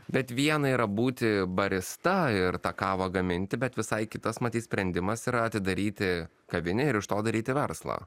bet viena yra būti barista ir tą kavą gaminti bet visai kitas matyt sprendimas yra atidaryti kavinę ir iš to daryti verslą